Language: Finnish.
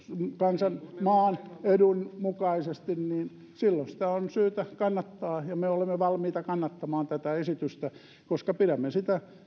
kansan maan edun mukaisesti niin silloin sitä on syytä kannattaa ja me olemme valmiita kannattamaan tätä esitystä koska pidämme sitä